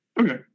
Okay